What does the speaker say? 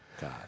God